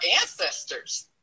ancestors